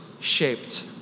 shaped